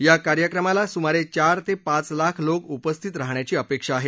या कार्यक्रमाला सुमारे चार ते पाच लाख लोक उपस्थित राहण्याची अपेक्षा आहे